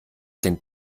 den